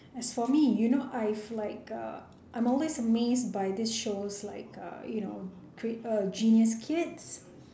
as for me you know I've like uh I'm always amazed by this shows like uh you know uh genius kids